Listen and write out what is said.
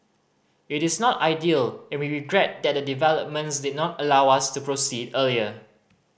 it is not ideal and we regret that the developments did not allow us to proceed earlier